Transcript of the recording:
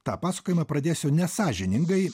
tą pasakojimą pradėsiu nesąžiningai